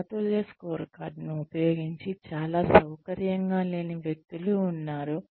సమతుల్య స్కోర్కార్డ్ను ఉపయోగించి చాలా సౌకర్యంగా లేని వ్యక్తులు ఉన్నారు